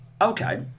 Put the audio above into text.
okay